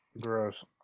Gross